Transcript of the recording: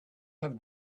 have